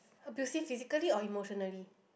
abusive physically or emotionally